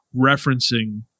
referencing